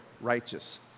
righteous